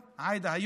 עאידה,